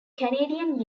canadian